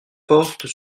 portent